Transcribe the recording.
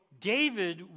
David